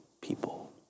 people